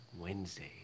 Wednesday